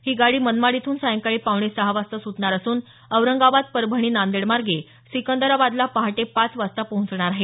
ही गाडी मनमाड इथून सायंकाळी पावणे सहा वाजता सुटणार असून औरंगाबाद परभणी नांदेड मार्गे सिकंदराबादला पहाटे पाच वाजता पोहोचणार आहे